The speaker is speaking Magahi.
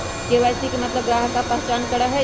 के.वाई.सी के मतलब ग्राहक का पहचान करहई?